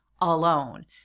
alone